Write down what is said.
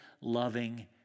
loving